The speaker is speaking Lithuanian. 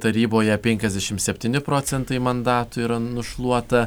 taryboje penkiasdešimt septyni procentai mandatų yra nušluota